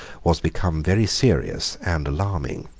was become very serious and alarming.